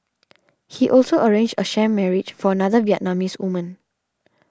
he also arranged a sham marriage for another Vietnamese woman